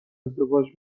ازدواج